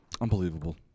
Unbelievable